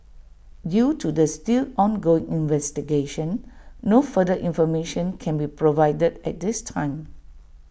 due to the still ongoing investigation no further information can be provided at this time